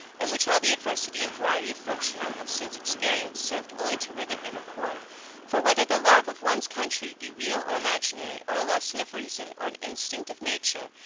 and which all the adversity and variety of fortune i have since experienced served only to rivet and record for, whether the love of one's country be real or imaginary, or a lesson of reason, or an instinct of nature,